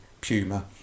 Puma